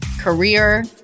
career